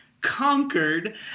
conquered